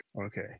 okay